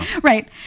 right